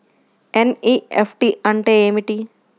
NEFT అంటే ఏమిటీ?